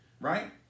Right